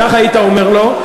כך היית אומר לו.